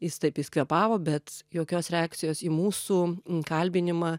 jis taip jis kvėpavo bet jokios reakcijos į mūsų kalbinimą